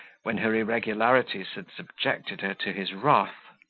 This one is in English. when her irregularities had subjected her to his wrath.